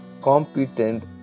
competent